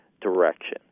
direction